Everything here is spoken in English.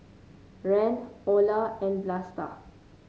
Rand Olar and Vlasta